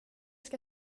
ska